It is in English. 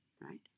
right